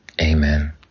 amen